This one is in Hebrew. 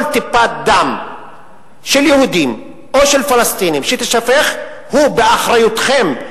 כל טיפת דם של יהודים או של פלסטינים שתישפך היא באחריותכם,